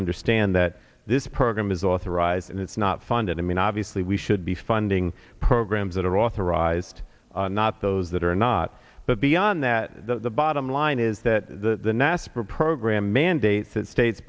understand that this program is authorized and it's not funded i mean obviously we should be funding programs that are authorized not those that are not but beyond that the bottom line is that the nasa program mandates that states